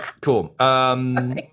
cool